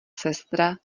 sestra